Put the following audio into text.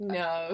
no